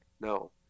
No